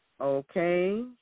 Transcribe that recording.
Okay